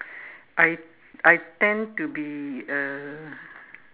I I tend to be uh